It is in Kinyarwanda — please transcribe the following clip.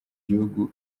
gihugu